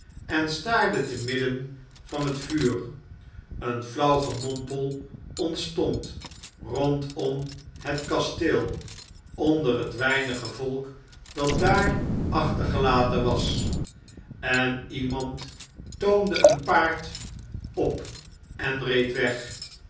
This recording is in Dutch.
en staarden te midden vanhetvuur een flauw gemompel ontstond rondom het kasteel onder het weinige volk dat daar achtergelaten was en iemand toomde een paard op en reed weg